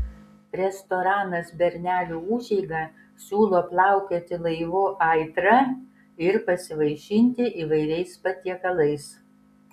restoranas bernelių užeiga siūlo plaukioti laivu aitra ir pasivaišinti įvairiais patiekalais